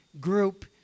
group